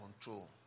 control